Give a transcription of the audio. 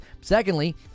Secondly